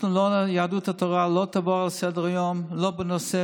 יהדות התורה לא תעבור לסדר-היום לא בנושא